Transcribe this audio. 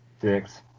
Six